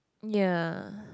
ya